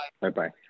Bye-bye